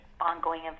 ongoing